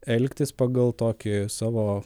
elgtis pagal tokį savo